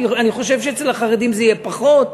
אני חושב שאצל החרדים זה יהיה פחות.